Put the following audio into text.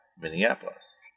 Minneapolis